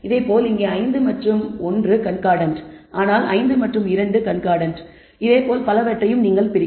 இதேபோல் இங்கே 5 மற்றும் 1 கண்கார்டன்ட் 5 மற்றும் 2 கண்கார்டன்ட் என்றும் பலவற்றை இது கூறுகிறது